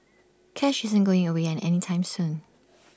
cash isn't going away any time soon